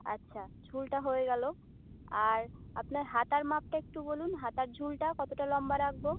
আচ্ছা ঝুলটা হয়ে গেল আর আপনার হাতার মাপটা একটু বলুন হাতার ঝুলটা কতটা লম্বা রাখব